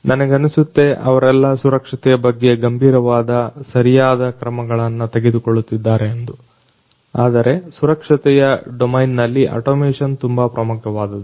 ನನಗನ್ನಿಸುತ್ತೆ ಅವರೆಲ್ಲ ಸುರಕ್ಷತೆಯ ಬಗ್ಗೆ ಗಂಭೀರವಾಗಿ ಸರಿಯಾದ ಕ್ರಮಗಳನ್ನ ತೆಗೆದುಕೊಳ್ಳುತ್ತಿದ್ದಾರೆ ಎಂದು ಆದರೆ ಸುರಕ್ಷತೆಯ ಡೊಮೆನ್ನಲ್ಲಿ ಅಟೊಮೇಷನ್ ತುಂಬಾ ಪ್ರಮುಖವಾದದ್ದು